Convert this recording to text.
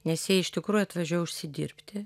nes jie iš tikrųjų atvažiuoja užsidirbti